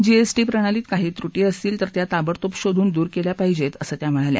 GS प्रणालीत काही त्र असतील तर त्या ताबडतोब शोधून दूर केल्या पाहिजेत असं त्या म्हणाल्या